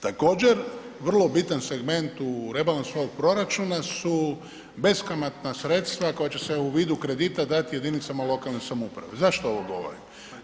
Također, vrlo bitan segment u rebalansu ovog proračuna su beskamatna sredstva koja će se u vidu kredita dati jedinicama lokalne samouprave, zašto ovo govorim?